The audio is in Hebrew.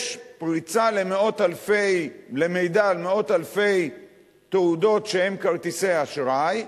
יש פריצה למידע על מאות אלפי תעודות שהן כרטיסי אשראי,